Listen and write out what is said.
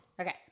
Okay